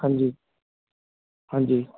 ਹਾਂਜੀ ਹਾਂਜੀ